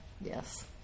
Yes